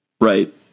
Right